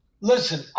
listen